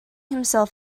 himself